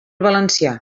valencià